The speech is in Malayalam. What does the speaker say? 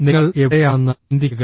നിങ്ങൾ എവിടെയാണെന്ന് ചിന്തിക്കുക